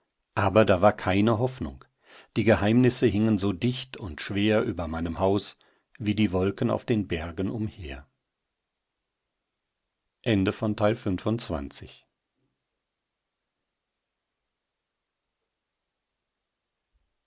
aber da war keine hoffnung die geheimnisse hingen so dicht und schwer über meinem haus wie die wolken auf den bergen umher